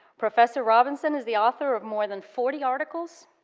professor robinson is the author of more than forty articles,